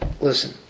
listen